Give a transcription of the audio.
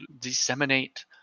disseminate